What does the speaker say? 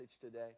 today